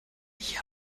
hier